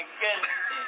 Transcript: goodness